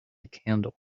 candle